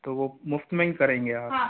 तो वो मुफ़्त में ही करेंगे आप हाँ